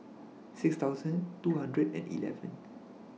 six two hundred and eleven